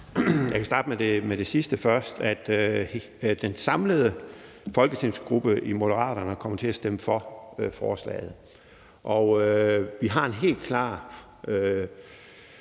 Jeg kan starte med det sidste først og sige, at Moderaterne som samlet folketingsgruppe kommer til at stemme for forslaget. Vi har en helt klar